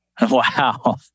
Wow